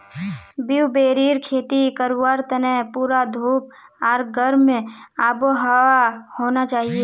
ब्लूबेरीर खेती करवार तने पूरा धूप आर गर्म आबोहवा होना चाहिए